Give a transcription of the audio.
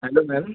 hello ma'am